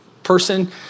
person